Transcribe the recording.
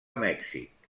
mèxic